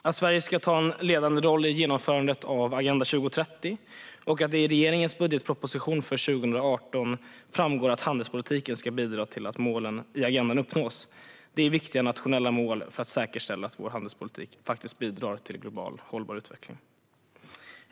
Att Sverige ska ta en ledande roll i genomförandet av Agenda 2030 och att det i regeringens budgetproposition för 2018 framgår att handelspolitiken ska bidra till att målen i agendan uppnås är viktiga nationella mål för att säkerställa att vår handelspolitik bidrar till global hållbar utveckling.